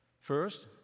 First